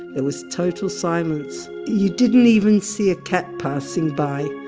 there was total silence. you didn't even see a cat passing by.